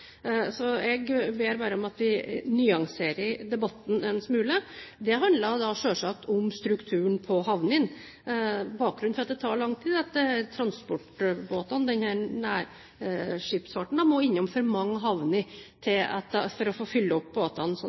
Så varierer det litt om det er nasjonalt eller internasjonalt. Jeg ber bare om at vi nyanserer debatten en smule. Det handler selvsagt om strukturen på havnene. Bakgrunnen for at det tar lang tid, er at transportbåtene, nærskipsfarten, må innom for mange havner for å fylle opp båtene